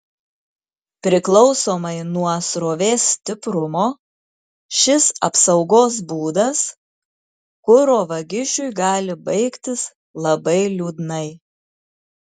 priklausomai nuo srovės stiprumo šis apsaugos būdas kuro vagišiui gali baigtis labai liūdnai